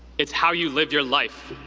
it's how you live your life.